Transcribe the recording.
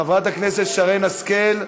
חברת הכנסת שרן השכל,